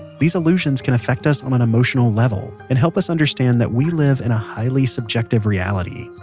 these illusions can affect us on an emotional level and help us understand that we live in a highly subjective reality.